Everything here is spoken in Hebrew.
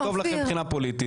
זה טוב לכם מבחינה פוליטית.